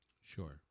sure